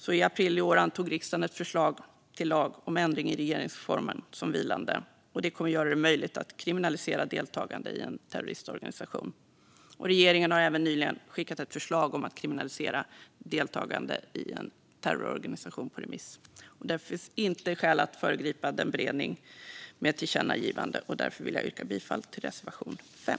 I april i år antog riksdagen ett förslag till lag om ändring i regeringsformen som vilande, något som kommer att göra det möjligt att kriminalisera deltagande i en terroristorganisation. Regeringen har även nyligen skickat ett förslag om att kriminalisera deltagande i en terroristorganisation på remiss. Det finns inte skäl att föregripa denna beredning med ett tillkännagivande. Därför vill jag yrka bifall till reservation 5.